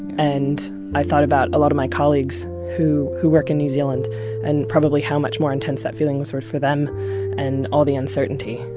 and i thought about a lot of my colleagues who who work in new zealand and probably how much more intense that feeling was sort of for them and all the uncertainty.